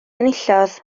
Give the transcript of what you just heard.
enillodd